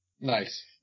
Nice